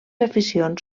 aficions